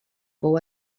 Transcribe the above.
pou